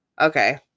Okay